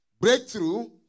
Breakthrough